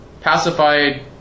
pacified